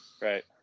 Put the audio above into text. Right